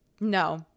No